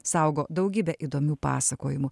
saugo daugybę įdomių pasakojimų